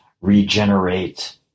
regenerate